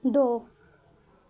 ਦੋ